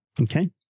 Okay